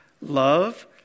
love